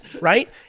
right